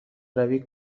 روی